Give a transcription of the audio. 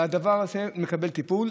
הדבר הזה מקבל טיפול.